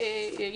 חברים,